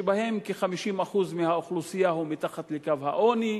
שבהם כ-50% מהאוכלוסייה הם מתחת לקו העוני.